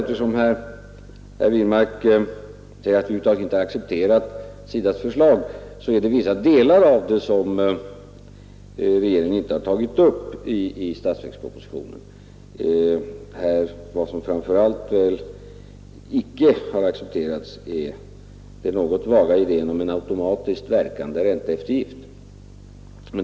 Eftersom herr Wirmark sade att regeringen över huvud taget inte accepterat SIDA:s förslag, vill jag poängtera att det är vissa delar av det som inte tagits upp i statsverkspropositionen. Vad som framför allt icke har accepterats är den något vaga idén om en automatiskt verkande ränteeftergift.